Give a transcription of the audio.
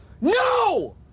No